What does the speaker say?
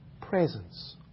presence